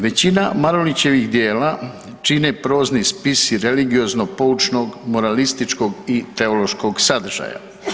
Većina Marulićevih dijela čine prozni spisi religioznog, poučnog, moralističkog i teološkog sadržaja.